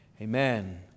Amen